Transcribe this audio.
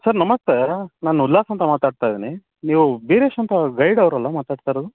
sir ನಮಸ್ತೆ ನಾನು ಉಲ್ಲಾಸ್ ಅಂತ ಮಾತಾಡ್ತಾ ಇದ್ದೀನಿ ನೀವು ವೀರೇಶ್ ಅಂತ ಗೈಡ್ ಅವರಲ್ಲಾ ಮಾತಾಡ್ತಾ ಇರೋದು